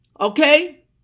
okay